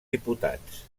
diputats